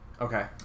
Okay